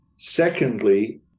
Secondly